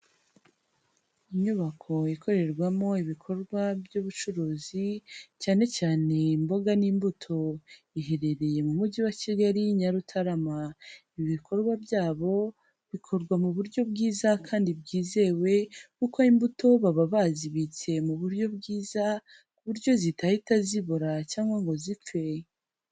Inyubako ikorerwamo ibikorwa by'ubucuruzi, cyane cyane imboga n'imbuto, iherereye mu mujyi wa Kigali Nyarutarama. Ibikorwa byabo bikorwa mu buryo bwiza kandi bwizewe, kuko imbuto baba bazibitse mu buryo bwiza, ku buryo zitahita zibora cyangwa ngo zipfe.